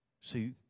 See